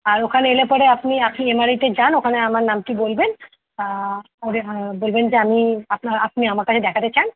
আর ওখানে এলে পরে আপনি আপনি এমআরআইতে যান ওখানে আমার নামটি বলবেন ওদের বলবেন যে আমি আপনার আপনি আমার কাছে দেখাতে চান